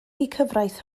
cyfraith